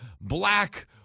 black